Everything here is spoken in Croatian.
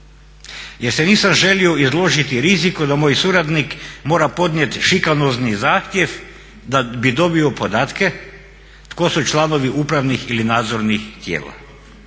jer se nisam izložiti riziku da moj suradnik mora podnijeti šikanozni zahtjev da bi dobio podatke tko su članovi upravnih ili nadzornih tijela.